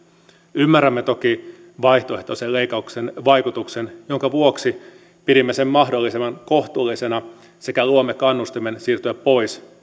ymmärrämme toki vaihtoehtoisen leikkauksen vaikutuksen minkä vuoksi pidimme sen mahdollisimman kohtuullisena sekä luomme kannustimen siirtyä pois